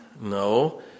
No